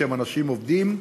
שהם אנשים עובדים,